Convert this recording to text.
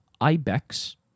Ibex